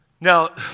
Now